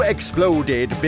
Exploded